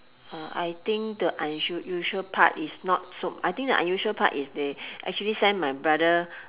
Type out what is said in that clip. uh I think the unu~ usual part is not so I think the unusual part is they actually send my brother